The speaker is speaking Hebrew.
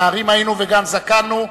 נערים היינו וגם זקנו.